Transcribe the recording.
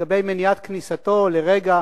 למניעת כניסתו לרגע